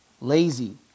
lazy